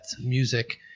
music